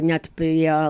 net prie